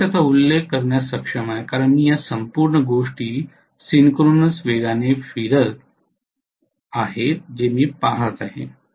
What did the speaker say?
मी फक्त त्याचा उल्लेख करण्यास सक्षम आहे कारण मी या संपूर्ण गोष्टी सिंक्रोनस वेगाने फिरत पहात आहे